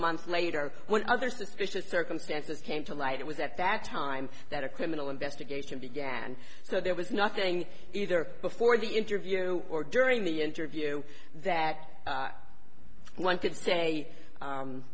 month later when other suspicious circumstances came to light it was at that time that a criminal investigation began so there was nothing either before the interview or during the interview that one could say